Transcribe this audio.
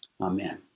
Amen